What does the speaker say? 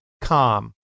calm